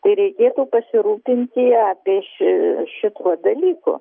tai reikėtų pasirūpinti apie ši šituo dalyku